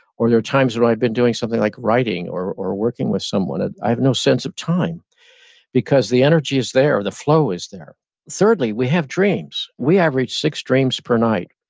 or there are times when i've been doing something like writing or or working with someone and i have no sense of time because the energy is there, the flow is there thirdly, we have dreams. we average six dreams per night,